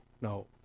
No